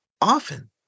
often